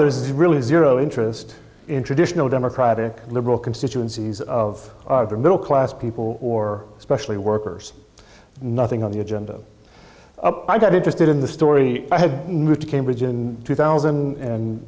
there's really zero interest in traditional democratic liberal constituencies of the middle class people or especially workers nothing on the agenda i got interested in the story i have moved to cambridge in two thousand and